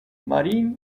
marine